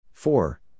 Four